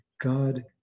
God